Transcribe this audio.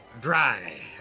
dry